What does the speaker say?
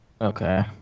Okay